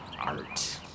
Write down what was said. art